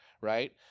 right